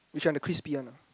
which one the crispy one ah